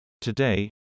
Today